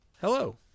Hello